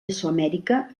mesoamèrica